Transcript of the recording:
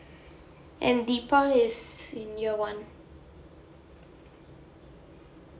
and deepak is in year one